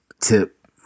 Tip